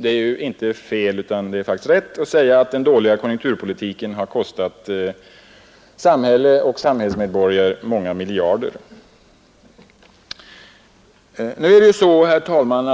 Det är riktigt att säga att den dåliga konjunkturpolitiken kostat samhälle och samhällsmedborgare många miljarder. Herr talman!